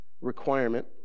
requirement